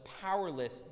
powerless